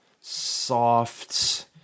soft